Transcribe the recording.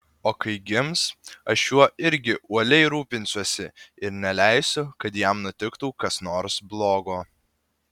o kai gims aš juo irgi uoliai rūpinsiuosi ir neleisiu kad jam nutiktų kas nors blogo